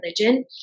religion